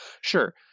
Sure